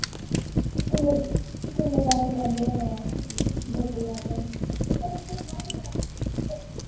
किन्ने ते किन्ने पैसे लैंदे होने ओह् गड्डी आह्ले